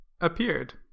appeared